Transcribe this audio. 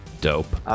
Dope